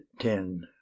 Ten